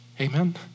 amen